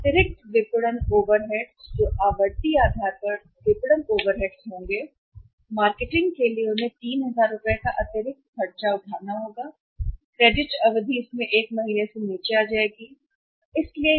और अतिरिक्त विपणन ओवरहेड्स जो आवर्ती आधार पर विपणन ओवरहेड्स होंगे ओवरहेड्स की मार्केटिंग के लिए उन्हें 3000 रुपये का अतिरिक्त खर्च उठाना होगा 3000 लेकिन क्रेडिट अवधि 1 महीने के लिए नीचे आ जाएगी क्रेडिट अवधि 1 महीने के लिए नीचे आ जाएगी